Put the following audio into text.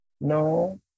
No